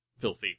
filthy